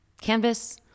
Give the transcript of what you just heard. canvas